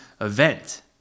event